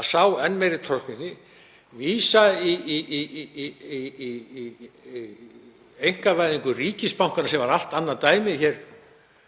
að sá enn meiri tortryggni, vísa í einkavæðingu ríkisbankanna, sem var allt annað dæmi hér